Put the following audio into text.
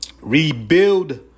rebuild